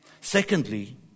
Secondly